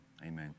amen